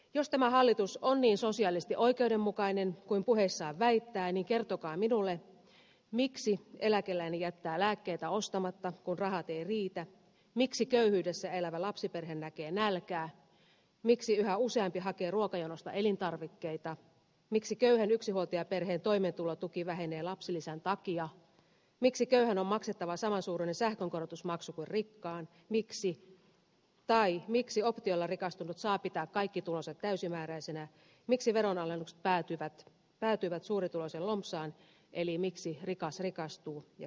jos tämä hallitus on niin sosiaalisesti oikeudenmukainen kuin puheissaan väittää niin kertokaa minulle miksi eläkeläinen jättää lääkkeitä ostamatta kun rahat eivät riitä miksi köyhyydessä elävä lapsiperhe näkee nälkää miksi yhä useampi hakee ruokajonosta elintarvikkeita miksi köyhän yksinhuoltajaperheen toimeentulotuki vähenee lapsilisän takia miksi köyhän on maksettava saman suuruinen sähkönkorotusmaksu kuin rikkaan miksi optioilla rikastunut saa pitää kaikki tulonsa täysimääräisinä miksi veronalennukset päätyvät suurituloisen lompsaan eli miksi rikas rikastuu ja köyhä köyhtyy